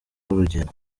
urugendo